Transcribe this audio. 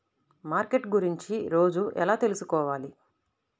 Market గురించి రోజు ఎలా తెలుసుకోవాలి?